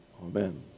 Amen